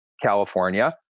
California